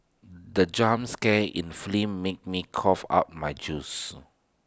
the jump scare in film made me cough out my juice